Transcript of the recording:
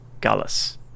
Gallas